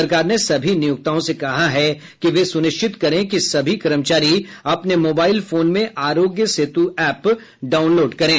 सरकार ने सभी नियोक्ताओं से कहा है कि वे सुनिश्चित करें कि सभी कर्मचारी अपने मोबाईल फोन में आरोग्य सेतु एप डाउनलोड करें